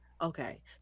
Okay